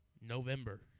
November